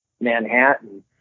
Manhattan